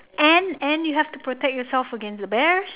and and you have to protect yourself against the bears